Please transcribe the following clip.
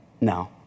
No